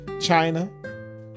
China